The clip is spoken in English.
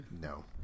no